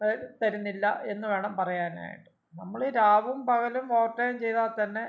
തരുന്നില്ല എന്ന് വേണം പറയാനായിട്ട് നമ്മൾ രാവും പകലും ഓവർ ടൈം ചെയ്താൽ തന്നെ